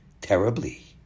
terribly